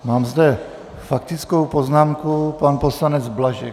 Mám zde faktickou poznámku, pan poslanec Blažek.